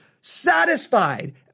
satisfied